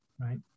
right